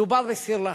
מדובר בסיר לחץ.